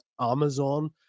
Amazon